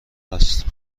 است